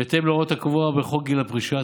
בהתאם להוראות הקבוע בחוק גיל פרישה,